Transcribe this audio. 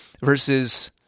Versus